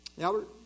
Albert